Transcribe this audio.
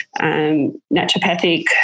naturopathic